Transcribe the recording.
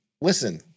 listen